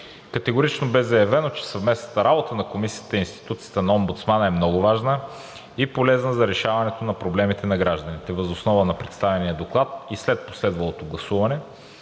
Категорично бе заявено, че съвместната работа на Комисията и институцията на омбудсмана е много важна и полезна за решаването на проблемите на гражданите. Въз основа на представения доклад и след последвалото гласуване